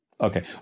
Okay